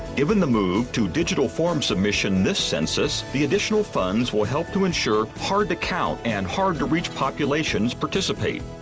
given the move to digital form submission this census, the additional funds will help to ensure hard-to-count and hard to-reach populations participate,